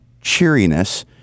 cheeriness